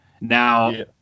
Now